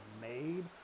made